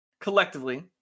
collectively